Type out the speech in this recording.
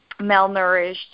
malnourished